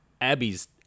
Abby's